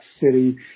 city